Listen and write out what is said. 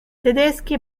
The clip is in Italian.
tedeschi